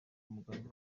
mugambi